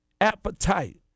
appetite